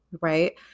right